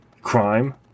crime